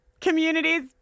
communities